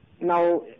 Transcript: Now